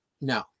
no